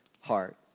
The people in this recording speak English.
heart